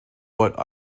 what